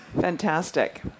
Fantastic